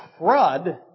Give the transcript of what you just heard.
crud